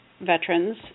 veterans